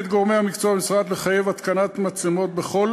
הנחיתי את גורמי המקצוע במשרד לחייב התקנת מצלמות בכל